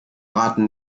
braten